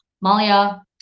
Malia